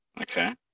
Okay